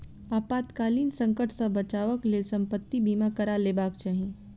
आपातकालीन संकट सॅ बचावक लेल संपत्ति बीमा करा लेबाक चाही